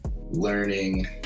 learning